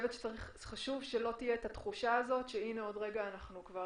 חשוב שלא תהיה תחושה שהנה עוד רגע אנחנו כבר